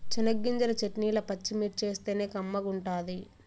చెనగ్గింజల చెట్నీల పచ్చిమిర్చేస్తేనే కమ్మగుంటది